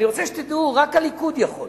אני רוצה שתדעו שרק הליכוד יכול.